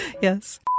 Yes